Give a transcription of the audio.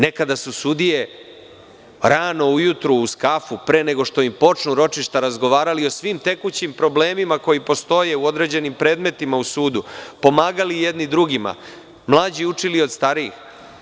Nekada su sudije, rano ujutru uz kafu, pre nego što im počnu ročišta, razgovarali o svim tekućim problemima koji postoje u određenim predmetima u sudu, pomagali jedni drugima, mlađi učili od starijih.